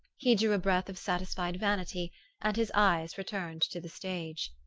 he drew a breath of satisfied vanity and his eyes returned to the stage.